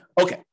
Okay